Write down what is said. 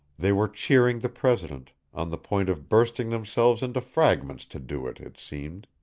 they were cheering the president, on the point of bursting themselves into fragments to do it, it seemed.